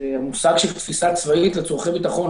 מושג של תפיסה צבאית לצורכי ביטחון,